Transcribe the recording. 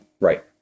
Right